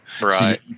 Right